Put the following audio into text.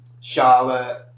Charlotte